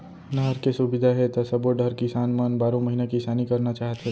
नहर के सुबिधा हे त सबो डहर किसान मन बारो महिना किसानी करना चाहथे